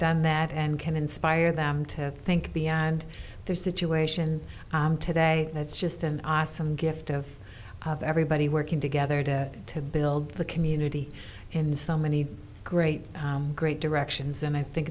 done that and can inspire them to think beyond their situation today that's just an awesome gift of of everybody working together to to build the community in so many great great directions and i think